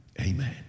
Amen